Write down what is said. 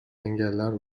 engeller